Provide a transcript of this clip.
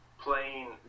playing